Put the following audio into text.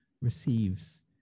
receives